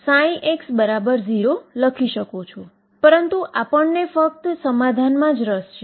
વળી k એ કઈ નથી પરંતુ v છે